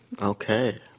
Okay